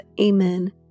Amen